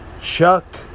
Chuck